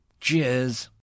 Cheers